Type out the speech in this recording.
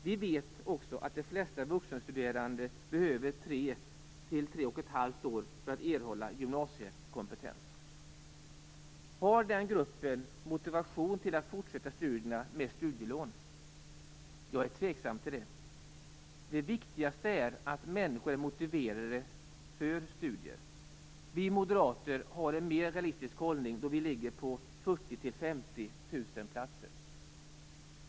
Vi vet också att de flesta vuxenstuderande behöver tre till tre och ett halvt år för att erhålla gymnasiekompetens. Har den här gruppen motivation för att fortsätta studierna med studielån? Jag är tveksam till det. Det viktigaste är att människor är motiverade för studier. Vi moderater har en mer realistisk hållning, då vi ligger på 40 000-50 000 platser.